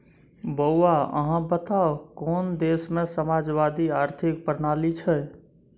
बौआ अहाँ बताउ कोन देशमे समाजवादी आर्थिक प्रणाली छै?